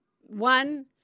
one